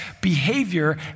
behavior